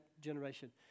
generation